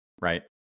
right